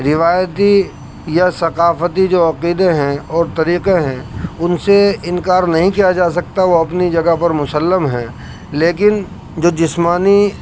روایتی یا ثقافتی جو عقیدے ہیں اور طریقے ہیں ان سے انکار نہیں کیا جا سکتا وہ اپنی جگہ پر مسلم ہیں لیکن جو جسمانی